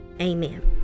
amen